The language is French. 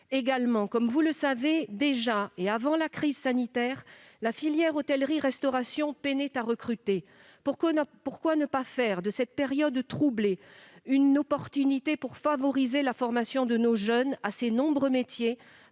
? Comme vous le savez, dès avant la crise sanitaire, la filière hôtellerie-restauration peinait à recruter. Pourquoi ne pas faire de cette période troublée une opportunité pour favoriser la formation de nos jeunes à ces nombreux métiers,